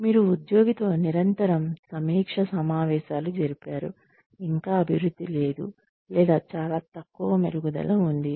మీరు ఉద్యోగితో నిరంతరం సమీక్ష సమావేశాలు జరిపారు ఇంకా అభివృద్ధి లేదు లేదా చాలా తక్కువ మెరుగుదల ఉంది